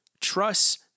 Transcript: trust